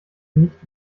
nicht